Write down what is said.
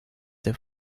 den